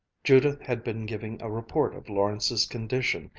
judith had been giving a report of lawrence's condition,